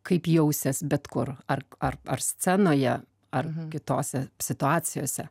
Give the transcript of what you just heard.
kaip jausies bet kur ar ar ar scenoje ar kitose situacijose